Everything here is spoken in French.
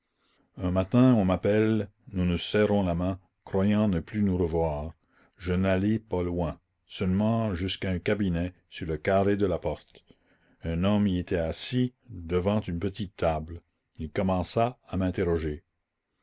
un matin on m'appelle nous nous serrons la main croyant ne plus nous revoir je n'allai pas loin seulement jusqu'à un cabinet sur le carré de la porte un homme y était assis devant une petite table il commença à m'interroger